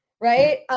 right